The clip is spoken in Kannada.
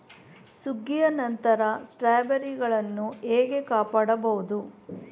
ಸುಗ್ಗಿಯ ನಂತರ ಸ್ಟ್ರಾಬೆರಿಗಳನ್ನು ಹೇಗೆ ಕಾಪಾಡ ಬಹುದು?